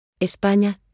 España